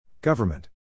Government